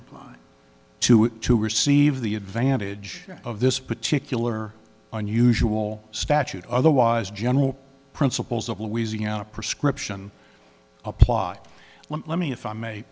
to receive the advantage of this particular unusual statute otherwise general principles of louisiana prescription apply let me if i may